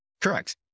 Correct